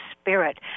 Spirit